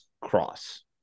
cross